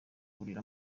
kurira